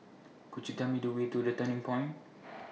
Could YOU Tell Me The Way to The Turning Point